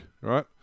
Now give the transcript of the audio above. right